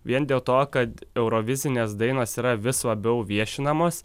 vien dėl to kad eurovizinės dainos yra vis labiau viešinamos